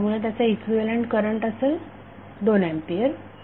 त्यामुळे त्याचा equivalent current 2 ampere असेल